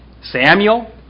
Samuel